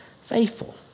faithful